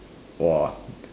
!wah!